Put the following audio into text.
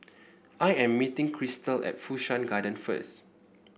I am meeting Crystal at Fu Shan Garden first